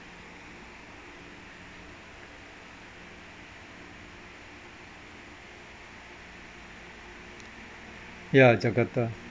ya jakarta